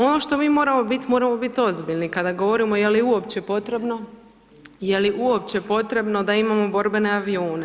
Ono što mi moramo bit, moramo bit ozbiljni kada govorimo je li uopće potrebno, je li uopće potrebno da imamo borbene avione.